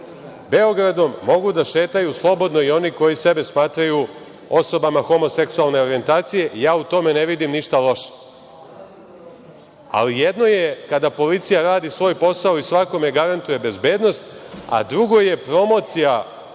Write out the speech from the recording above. Beogradom mogu da šetaju slobodno i oni koji sebe smatraju osobama homoseksualne orijentacije i ja u tome ne vidim ništa loše. Ali, jedno je kada policija radi svoj posao i svakome garantuje bezbednost, a drugo je promocija